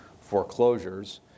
foreclosures